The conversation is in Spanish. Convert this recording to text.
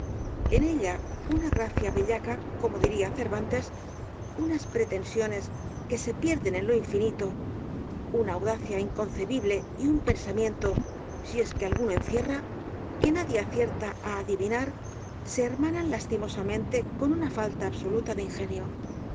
en ella una gracia bellaca como diría cervantes unas pretensiones que se pierden en lo infinito una audacia inconcebible y un pensamiento si es que alguno encierra que nadie acierta á adivinar se hermanan lastimosamente con una falta absoluta de ingenio